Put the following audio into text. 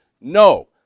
No